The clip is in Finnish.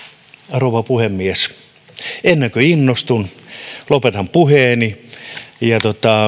rouva puhemies ennen kuin innostun lopetan puheeni ja